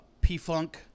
P-Funk